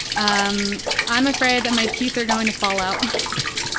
um i'm afraid that my teeth are going to fall out.